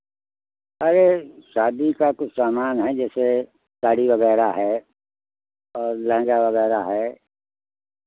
अरे शादी का कुछ सामान है जैसे साड़ी वगैरह है और लहंगा वगैरह है